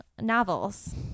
novels